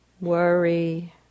worry